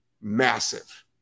Massive